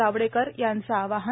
जावडेकर यांचं आवाहन